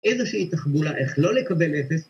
איזושהי תחבולה, איך לא לקבל אפס.